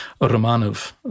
Romanov